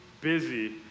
busy